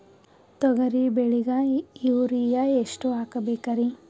ತೊಗರಿ ಬೆಳಿಗ ಯೂರಿಯಎಷ್ಟು ಹಾಕಬೇಕರಿ?